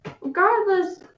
regardless